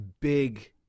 big